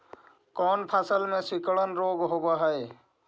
कोन फ़सल में सिकुड़न रोग होब है?